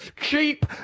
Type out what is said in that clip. cheap